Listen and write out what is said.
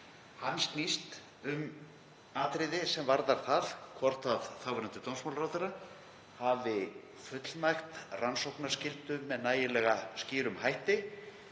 Hann snýst um atriði sem varðar það hvort þáverandi dómsmálaráðherra hafi fullnægt rannsóknarskyldu með nægilega skýrum hætti